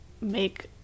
make